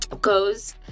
goes